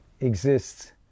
exists